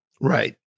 right